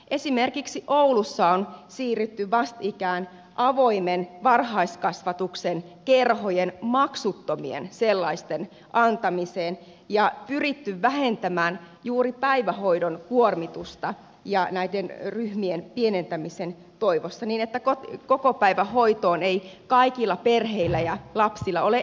esimerkiksi oulussa on siirrytty vastikään avoimen varhaiskasvatuksen kerhojen maksuttomien sellaisten antamiseen ja pyritty vähentämään juuri päivähoidon kuormitusta näiden ryhmien pienentämisen toivossa niin että kokopäivähoitoon ei kaikilla perheillä ja lapsilla ole edes tarvetta